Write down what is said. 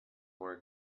were